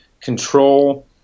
control